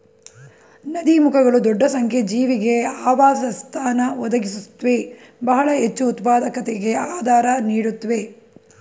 ನದೀಮುಖಗಳು ದೊಡ್ಡ ಸಂಖ್ಯೆ ಜೀವಿಗೆ ಆವಾಸಸ್ಥಾನ ಒದಗಿಸುತ್ವೆ ಬಹಳ ಹೆಚ್ಚುಉತ್ಪಾದಕತೆಗೆ ಆಧಾರ ನೀಡುತ್ವೆ